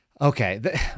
Okay